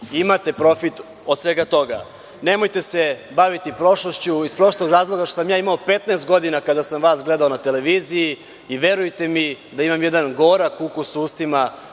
imate profit od svega toga. Nemojte se baviti prošlošću iz prostog razloga što sam ja imao 15 godina kada sam vas gledao na televiziji i verujte mi da imam jedan gorak ukus u ustima,